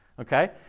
Okay